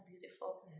beautiful